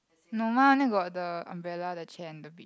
no mine only got the umbrella the chair and the